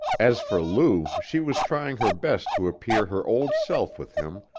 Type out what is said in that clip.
as for lou, she was trying her best to appear her old self with him,